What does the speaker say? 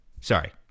sorry